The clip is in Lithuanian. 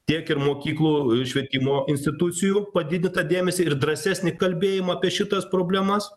tiek ir mokyklų švietimo institucijų padidintą dėmesį ir drąsesnį kalbėjimą apie šitas problemas